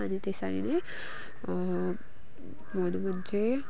अनि त्यसरी नै भन्नु हो भने चाहिँ